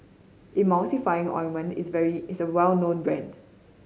Emulsying Ointment is very is well known brand